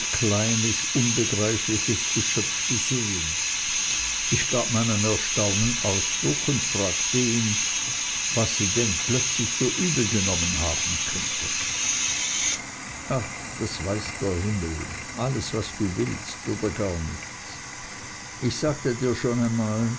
kleines unbegreifliches geschöpf gesehen ich gab meinem erstaunen ausdruck und fragte ihn was sie denn plötzlich so übel genommen haben könnte ach das weiß der himmel alles was du willst oder gar nichts ich sagte dir schon einmal